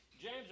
James